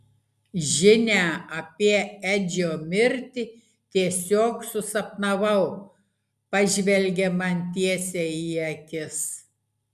žinią apie edžio mirtį tiesiog susapnavau pažvelgia man tiesiai į akis